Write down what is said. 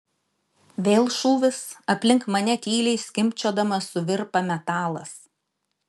vėl šūvis aplink mane tyliai skimbčiodamas suvirpa metalas